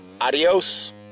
Adios